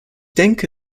denke